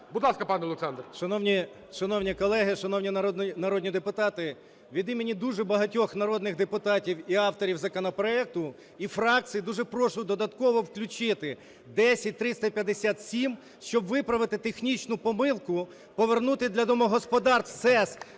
ДОМБРОВСЬКИЙ О.Г. Шановні колеги, шановні народні депутати, від імені дуже багатьох народних депутатів і авторів законопроекту, і фракцій дуже прошу додатково включити 10357, щоб виправити технічну помилку, повернути для домогосподарств СЕС